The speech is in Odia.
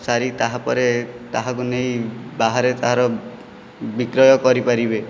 ସାରି ତାହାପରେ ତାହାକୁ ନେଇ ବାହାରେ ତାହାର ବିକ୍ରୟ କରିପାରିବେ